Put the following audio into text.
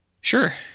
Sure